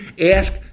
ask